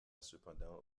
cependant